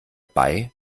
bei